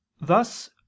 Thus